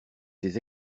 ses